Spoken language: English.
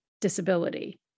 disability